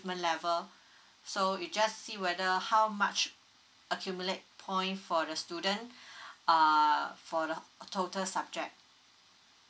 level so you just see whether how much accumulate points for the student uh for the total subject